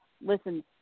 listen